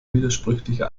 widersprüchliche